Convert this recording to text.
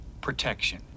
protection